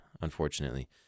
unfortunately